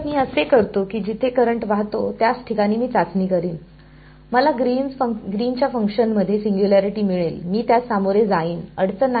तर मी असे करतो की जिथे करंट वाहतो त्याच ठिकाणी मी चाचणी करीन मला ग्रीनच्या फंक्शनमध्ये सिंग्युलॅरिटी मिळेल मी त्यास सामोरे जाईन अडचण नाही